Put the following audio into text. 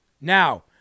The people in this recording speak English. Now